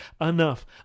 enough